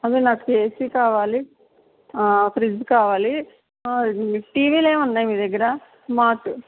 hello నాకు AC కావాలి fridge కావలి వి టీవీలు ఏం ఉన్నాయి మీ దగ్గర స్మార్ట్